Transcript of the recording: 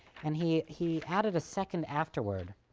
and he he added a second afterword